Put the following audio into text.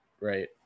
right